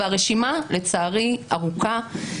והרשימה לצערי ארוכה.